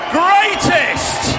greatest